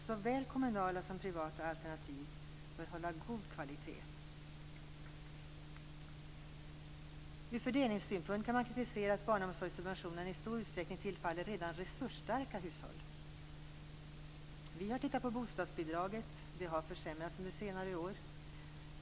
Såväl kommunala som privata alternativ bör hålla god kvalitet. Ur fördelningssynpunkt kan man kritisera att barnomsorgssubventionerna i stor utsträckning tillfaller redan resursstarka hushåll. Vi har tittat på bostadsbidraget. Det har försämrats under senare år.